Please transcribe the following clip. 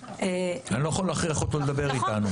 --- אני לא יכול להכריח אותו לדבר איתנו.